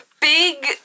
big